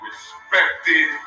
Respected